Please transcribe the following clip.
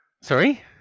Sorry